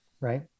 right